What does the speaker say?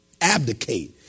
abdicate